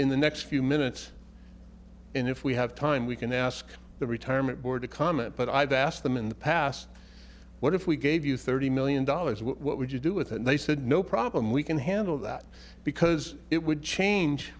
in the next few minutes and if we have time we can ask the retirement board to comment but i've asked them in the past what if we gave you thirty million dollars what would you do with and they said no problem we can handle that because it would change